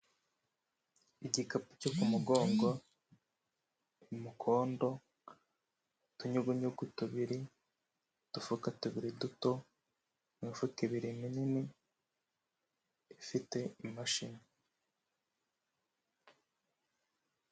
Igikapu cyo ku mugongo umukondo n'utunyugunyugu tubiri, udufuka tubiri duto, imifuka ibiri minini ifite imashini.